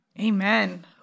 amen